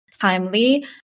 timely